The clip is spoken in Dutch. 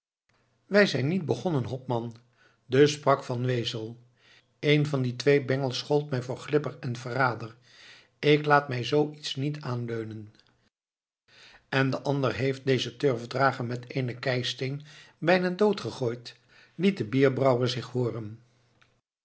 wij zijn niet begonnen hopman dus sprak van wezel een van die twee bengels schold mij voor glipper en verrader ik laat mij zoo iets niet aanleunen en de ander heeft dezen turfdrager met eenen keisteen bijna doodgegooid liet de bierbrouwer zich hooren